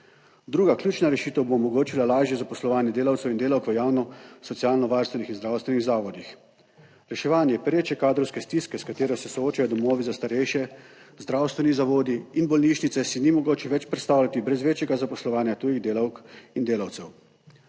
Druga, ključna, rešitev bo omogočila lažje zaposlovanje delavcev in delavk v javno socialno varstvenih in zdravstvenih zavodih. Reševanje pereče kadrovske stiske, s katero se soočajo domovi za starejše, zdravstveni zavodi in bolnišnice, si ni mogoče več predstavljati brez večjega zaposlovanja tujih delavk in delavcev.